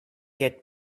get